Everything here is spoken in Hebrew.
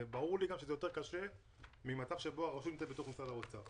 ברור לי גם שזה יותר קשה ממצב שבו הרשות נמצאת בתוך משרד האוצר.